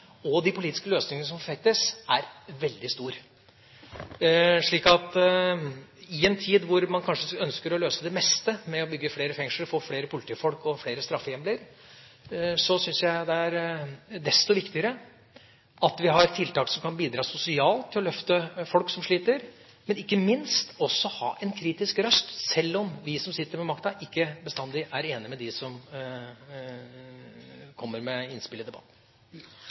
og de politiske løsningene som forfektes, er veldig stor. Så i en tid hvor man kanskje ønsker å løse det meste med å bygge flere fengsler og få flere politifolk og flere straffehjemler, syns jeg det er desto viktigere at vi har tiltak som kan bidra sosialt til å løfte folk som sliter, men ikke minst også ha en kritisk røst, sjøl om vi som sitter med makta, ikke bestandig er enige med dem som kommer med innspill i debatten.